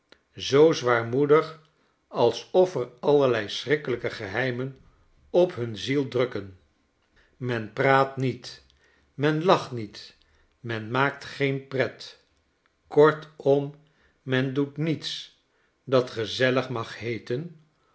zoo zwaarmoedig alsof er allerlei schrikkelijke geheimen op hun ziel drukken men praat niet men lacht niet men maakt geen pret kortom men doet niets dat gezellig mag heeten